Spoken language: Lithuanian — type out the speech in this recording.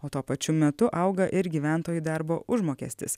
o tuo pačiu metu auga ir gyventojų darbo užmokestis